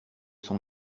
sont